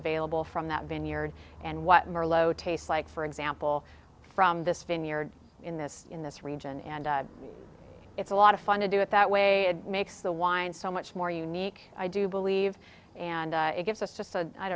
available from that vineyard and what marlowe tastes like for example from this vineyard in this in this region and it's a lot of fun to do it that way it makes the wine so much more unique i do believe and it gives us just